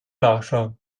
nachsehen